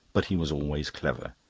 but he was always clever.